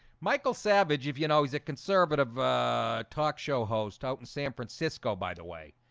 michael savage if you know he's a conservative talk show host out in san francisco by the way,